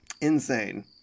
Insane